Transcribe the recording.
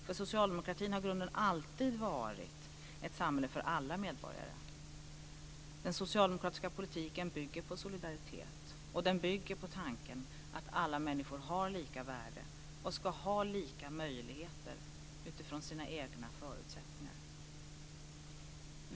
För socialdemokratin har grunden alltid varit ett samhälle för alla medborgare. Den socialdemokratiska politiken bygger på solidaritet. Den bygger på tanken att alla människor har lika värde och ska ha lika möjligheter utifrån sina egna förutsättningar.